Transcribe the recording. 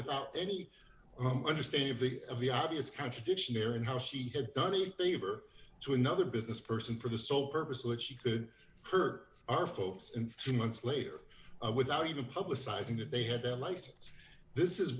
without any understanding of the of the obvious contradiction here and how she had done a favor to another business person for the sole purpose that she could hurt our folks in two months later without even publicizing that they had their license this is